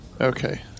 Okay